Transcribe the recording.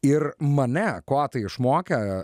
ir mane ko tai išmokė